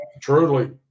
Truly